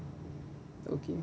okay